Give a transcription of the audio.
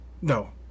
No